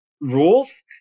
rules